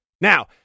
Now